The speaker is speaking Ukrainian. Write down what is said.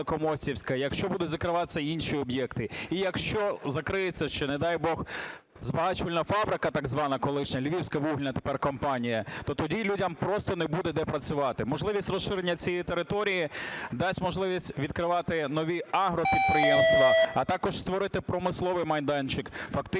Якщо будуть закриватися інші об'єкти і якщо закриється ще, не дай Бог, збагачувальна фабрика так звана колишня Львівська вугільна тепер компанія, то тоді людям просто не буде де працювати. Можливість розширення цієї території дасть можливість відкривати нові агропідприємства, а також створити промисловий майданчик,